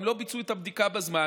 אם לא ביצעו את הבדיקה בזמן,